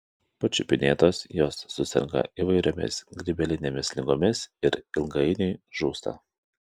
pačiupinėtos jos suserga įvairiomis grybelinėmis ligomis ir ilgainiui žūsta